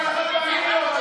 לא נתקבלה.